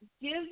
give